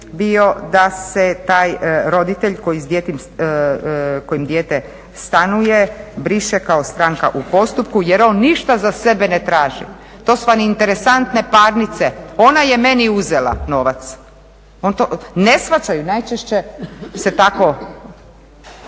bio da se taj roditelj kojim dijete stanuje briše kao stranka u postupku jer on ništa za sebe ne traži. To su vam interesantne parnice ona je meni uzela novac. On to, ne shvaćaju, najčešće se tako